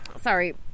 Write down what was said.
Sorry